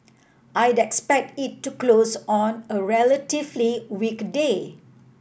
I'd expect it to close on a relatively weak day